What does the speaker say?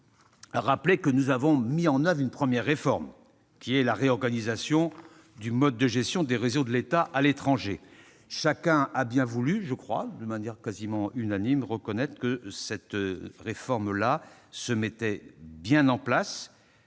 Je veux d'abord rappeler que nous avons mis en oeuvre une première réforme : la réorganisation du mode de gestion des réseaux de l'État à l'étranger. Chacun a bien voulu, de manière quasiment unanime, reconnaître que cette réforme se mettait bien en place.